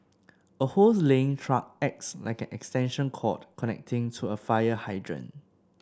a hose laying truck acts like an extension cord connecting to a fire hydrant